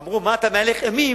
אמרו: מה אתה מהלך אימים?